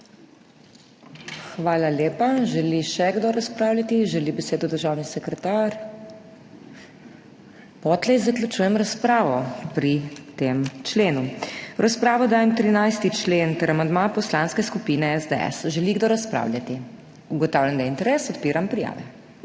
Hvala lepa. Želi še kdo razpravljati? (Ne.) Želi besedo državni sekretar? (Ne.) Potlej zaključujem razpravo pri tem členu. V razpravo dajem 13. člen ter amandma Poslanske skupine SDS. Želi kdo razpravljati? (Da.) Ugotavljam, da je interes. Odpiram prijave.